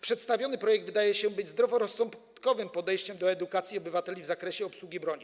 Przedstawiony projekt wydaje się zdroworozsądkowym podejściem do edukacji obywateli w zakresie obsługi broni.